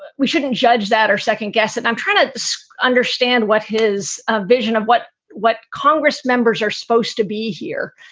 we shouldn't judge that or second guess it. i'm trying to understand what his ah vision of what what congress members are supposed to be here.